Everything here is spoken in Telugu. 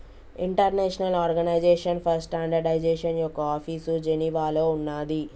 ఇంటర్నేషనల్ ఆర్గనైజేషన్ ఫర్ స్టాండర్డయిజేషన్ యొక్క ఆఫీసు జెనీవాలో ఉన్నాది